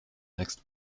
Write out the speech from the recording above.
next